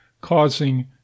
causing